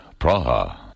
Praha